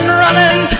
running